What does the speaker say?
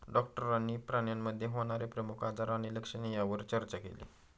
डॉक्टरांनी प्राण्यांमध्ये होणारे प्रमुख आजार आणि लक्षणे यावर चर्चा केली